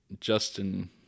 Justin